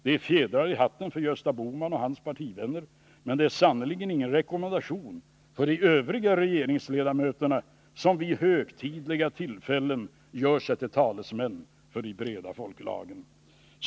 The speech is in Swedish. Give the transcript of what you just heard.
Den ger fjädrar i hatten för Gösta Bohman och hans partivänner, men den är sannerligen inte att rekommendera för de övriga regeringsledamöterna, som vid högtidliga tillfällen gör sig till talesmän för de breda folklagren.